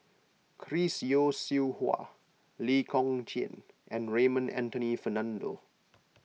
Chris Yeo Siew Hua Lee Kong Chian and Raymond Anthony Fernando